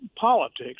politics